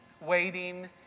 Waiting